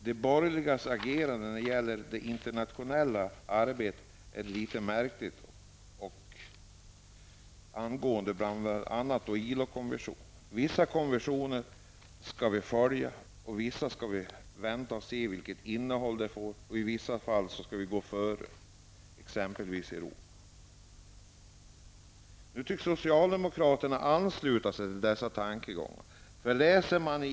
De borgerligas agerande när det gäller det internationella arbetet angående bl.a. ILO konventionen är märkligt. Vissa konventioner skall vi följa. När det gäller andra konventioner skall vi vänta och se vilket innehåll de får. I vissa fall skall vi gå före exempelvis Europa. Nu tycks socialdemokraterna ansluta sig till dessa tankegångar.